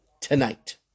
tonight